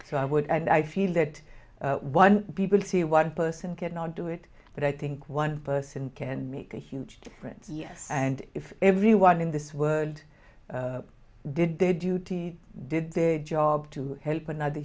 so i would and i feel that one people say one person cannot do it but i think one person can make a huge difference yes and if everyone in this world did their duty did their job to help another